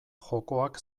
jokoak